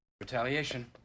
Retaliation